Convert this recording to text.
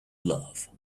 love